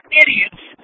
idiots